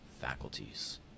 faculties